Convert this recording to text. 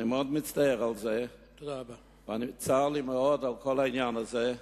אני מאוד מצטער על זה וצר לי מאוד על כל העניין הזה.